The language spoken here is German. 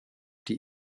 die